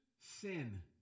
sin